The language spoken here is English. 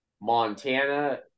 Montana